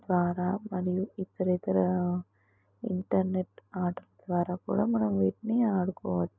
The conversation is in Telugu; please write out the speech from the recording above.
ద్వారా మరియు ఇతర ఇతర ఇంటర్నెట్ ఆటల ద్వారా కూడా మనం వీటిని ఆడుకోవచ్చు